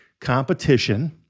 Competition